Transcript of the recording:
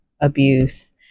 abuse